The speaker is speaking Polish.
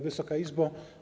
Wysoka Izbo!